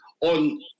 on